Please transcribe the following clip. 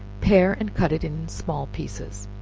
pare and cut it in small pieces,